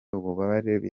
ububabare